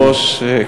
כבוד היושב-ראש,